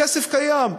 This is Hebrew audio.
הכסף קיים,